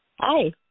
Hi